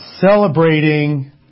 celebrating